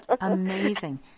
Amazing